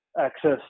access